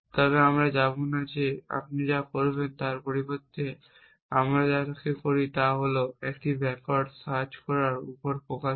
তবে আমরা যাবো না যে আপনি যা করবেন তার পরিবর্তে আমরা যাকে বলি তা হল একটি ব্যাক ওয়ার্ড সার্চ করার উপর ফোকাস করা